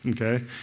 Okay